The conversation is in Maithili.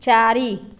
चारि